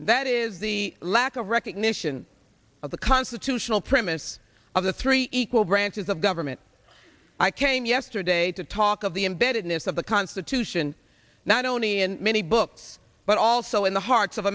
and that is the lack of recognition of the constitutional premise of the three equal branches of government i came yesterday to talk of the embeddedness of the constitution not only in many books but also in the hearts of